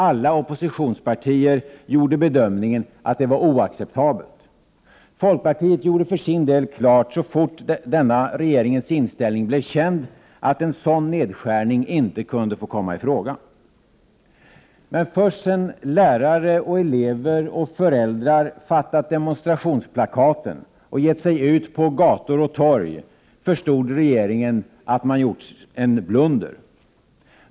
Alla oppositionspartier gjorde bedömningen att den var oacceptabel. Folkpartiet gjorde för sin del klart, så snart denna regeringens inställning blev känd, att en sådan nedskärning inte kunde få komma i fråga. Men först när lärare, elever och föräldrar fattat demonstrationsplakaten och givit sig ut på gator och torg, förstod regeringen att man gjort en blunder.